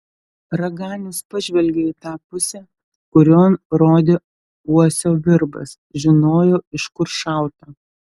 raganius pažvelgė į tą pusę kurion rodė uosio virbas žinojo iš kur šauta